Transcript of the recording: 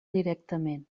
directament